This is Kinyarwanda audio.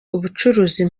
ubucuruzi